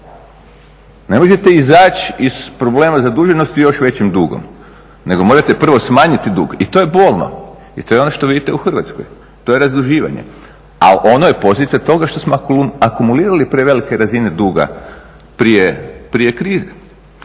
Ne možete izaći iz problema zaduženosti još većim dugom, nego morate prvo smanjiti dug i to je bolno, i to je ono što vidite u Hrvatskoj, to je razduživanje. Ali ono je posljedica toga što smo akumulirali prevelike razine duga prije krize.